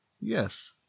Yes